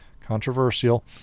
Controversial